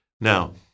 Now